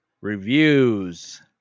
reviews